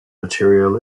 material